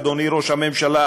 אדוני ראש הממשלה,